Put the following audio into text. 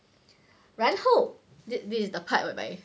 然后 this this is the part whereby